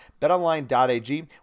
BetOnline.ag